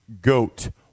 goat